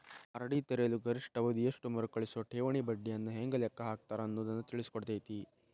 RD ತೆರೆಯಲು ಗರಿಷ್ಠ ಅವಧಿ ಎಷ್ಟು ಮರುಕಳಿಸುವ ಠೇವಣಿ ಬಡ್ಡಿಯನ್ನ ಹೆಂಗ ಲೆಕ್ಕ ಹಾಕ್ತಾರ ಅನ್ನುದನ್ನ ತಿಳಿಸಿಕೊಡ್ತತಿ